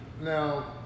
Now